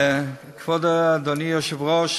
כבוד אדוני היושב-ראש,